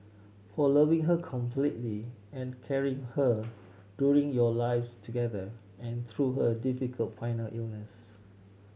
for loving her completely and caring her during your lives together and through her difficult final illness